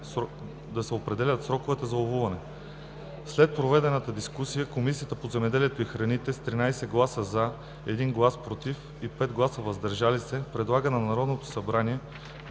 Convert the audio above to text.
да се определят сроковете за ловуване. След проведената дискусия Комисията по земеделието и храните с 13 гласа “за”, 1 глас “против” и 5 гласа “въздържал се” предлага на Народното събрание